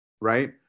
right